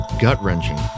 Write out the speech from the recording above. gut-wrenching